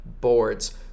boards